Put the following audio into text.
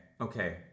okay